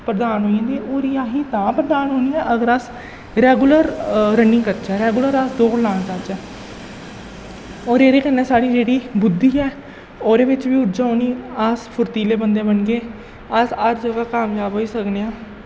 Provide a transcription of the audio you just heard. प्रदान होई जंदी होर इ'यां एह् असें गी तां प्रदान होनी ऐ अगर अस रैगुलर रन्निंग करचै रैगुलर अस दौड़ लान जाचै होर एह्दे कन्नै साढ़ी जेह्ड़ी बुद्धि ऐ ओह्दे बिच्च बी ऊर्जा औनी अस फुर्तीले बंदे बनगे अस हर ज'गा कामयाब होई सकने आं